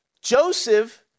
Joseph